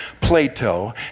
Plato